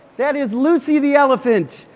that is lucy the elephant,